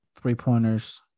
three-pointers